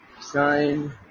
sign